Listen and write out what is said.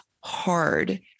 hard